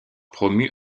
promu